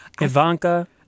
Ivanka